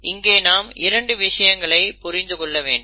இங்கே நாம் இரண்டு விஷயங்களை புரிந்து கொள்ள வேண்டும்